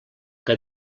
que